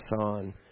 on